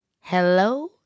Hello